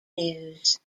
news